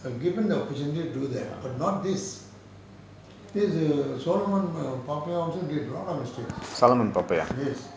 given the opportunity do that but not this this soloman pappaiah also did a lot of mistakes